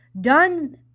done